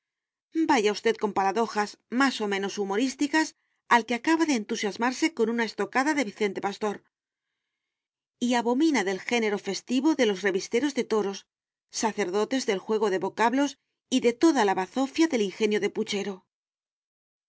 vaya usted con paradojas más o menos humorísticas al que acaba de entusiasmarse con una estocada de vicente pastor y abomina del género festivo de los revisteros de toros sacerdotes del juego de vocablos y de toda la bazofia del ingenio de puchero